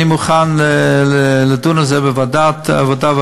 אני מוכן לדון על זה בוועדת העבודה,